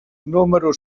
números